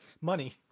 money